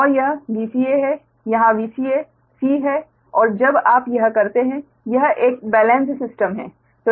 और यह Vca है यहाँ Vca c है और जब आप यह करते हैं यह एक बेलेंस्ड सिस्टम है